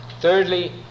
Thirdly